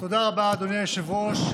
תודה רבה, אדוני היושב-ראש.